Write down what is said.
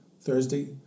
Thursday